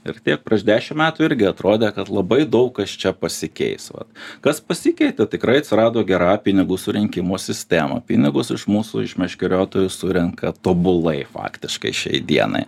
ir tiek prieš dešim metų irgi atrodė kad labai daug kas čia pasikeis vat kas pasikeitė tikrai atsirado gera pinigų surinkimo sistema pinigus iš mūsų iš meškeriotojų surenka tobulai faktiškai šiai dienai